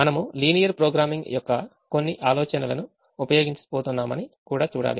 మనము linear programming యొక్క కొన్ని ఆలోచనలు ఉపయోగించబోతున్నామని కూడా చూడాలి